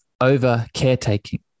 over-caretaking